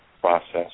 process